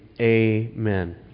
Amen